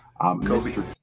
Mr